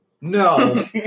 No